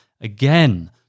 Again